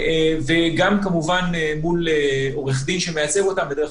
וגם כמובן מול עורך דין שמייצג אותם בדרך